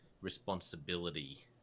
responsibility